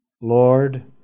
Lord